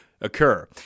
occur